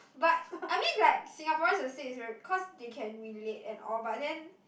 but I mean right Singaporean the said is very cause they can relate and all but then